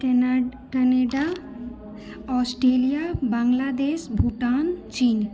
Canada Australia Bangladesh Bhutan चीन